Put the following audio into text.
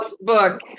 book